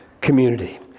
community